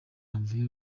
janvier